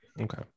Okay